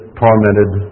tormented